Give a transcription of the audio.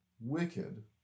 Wicked